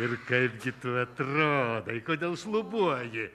ir kaipgi tu atrodai kodėl šlubuoji